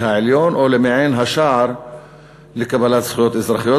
העליון או למעין שער לקבלת זכויות אזרחיות,